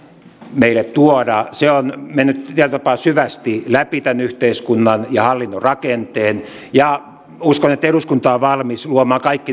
meille tuoda on mennyt tietyllä tapaa syvästi läpi tämän yhteiskunnan ja hallinnon rakenteen ja uskon että eduskunta on valmis luomaan